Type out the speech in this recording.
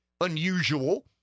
unusual